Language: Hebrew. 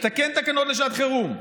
לתקן תקנות לשעת חירום.